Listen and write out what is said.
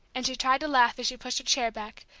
and she tried to laugh as she pushed her chair back,